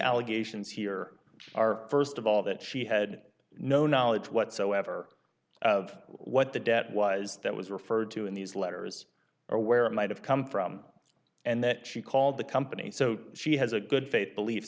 allegations here are st of all that she had no knowledge whatsoever of what the debt was that was referred to in these letters or where it might have come from and that she called the company so she has a good faith belie